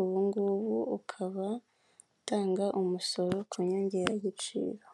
ubungubu ukaba utanga umusoro ku nyongeragaciro.